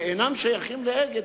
שאינם שייכים ל"אגד",